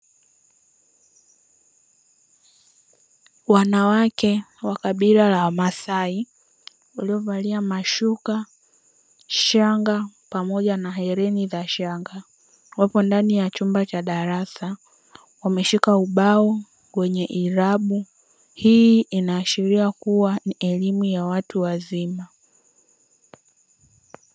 Wanawake wa kabila la wamasai waliovalia mashuka, shanga pamoja na hereni za shanga, wapo ndani ya chumba cha darasa wameshika ubao wenye irabu. Hii inaashiria kuwa ni elimu ya watu wazima.